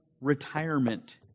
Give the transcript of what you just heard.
retirement